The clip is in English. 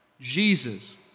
Jesus